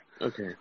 Okay